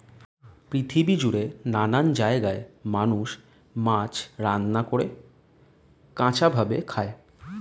পৃথিবী জুড়ে নানান জায়গায় মানুষ মাছ রান্না করে, কাঁচা ভাবে খায়